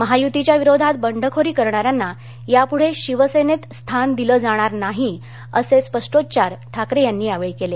महायुतीच्या विरोधात बंडखोरी करणाऱ्यांना यापुढे शिवसेनेत स्थान दिलं जाणार नाही असं स्पष्टोच्चार ठाकरे यांनी यावेळी केला